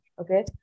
okay